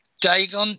Dagon